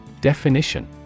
Definition